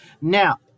Now